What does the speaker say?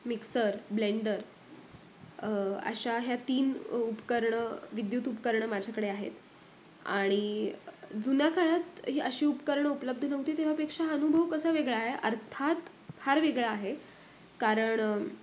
mixer blender अशा ह्या तीन उपकरणं विद्युत उपकरणं माझ्याकडे आहेत आणि जुन्या काळात ही अशी उपकरणं उपलब्ध नव्हती तेव्हा पेक्षा अनुभव कसा वेगळा आहे अर्थात फार वेगळा आहे कारण